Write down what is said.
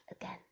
again